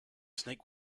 snake